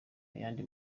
ayandi